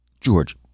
George